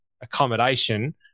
accommodation